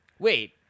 Wait